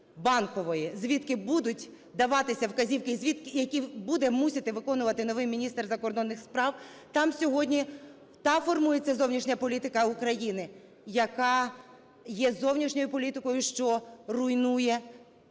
звідки будуть даватися вказівки, які буде мусити виконувати новий міністр закордонних справ, там сьогодні формується та зовнішня політика України, яка є зовнішньою політикою, що руйнує